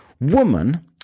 woman